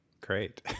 great